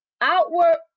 outward